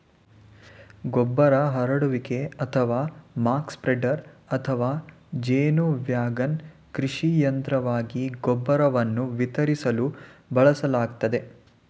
ಗೊಬ್ಬರ ಹರಡುವಿಕೆ ಅಥವಾ ಮಕ್ ಸ್ಪ್ರೆಡರ್ ಅಥವಾ ಜೇನು ವ್ಯಾಗನ್ ಕೃಷಿ ಯಂತ್ರವಾಗಿದ್ದು ಗೊಬ್ಬರವನ್ನು ವಿತರಿಸಲು ಬಳಸಲಾಗ್ತದೆ